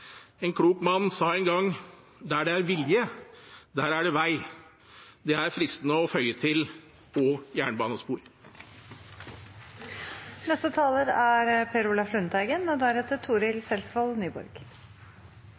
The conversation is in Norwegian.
En klok mann sa en gang: Der det er vilje, er det en vei. Det er fristende å føye til: og jernbanespor. Jeg vil også takke Lise Christoffersen for denne interpellasjonen. Bergensbanens forkortelse er